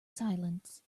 silence